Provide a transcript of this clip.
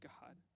god